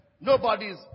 Nobody's